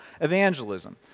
evangelism